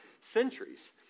centuries